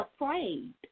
afraid